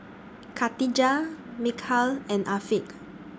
Katijah Mikhail and Afiq